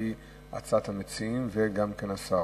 לפי הצעת המציעים וכן השר.